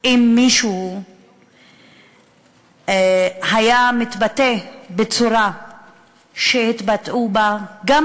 אם מישהו היה מתבטא בצורה שהתבטאו בה גם